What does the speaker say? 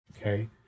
Okay